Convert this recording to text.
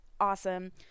awesome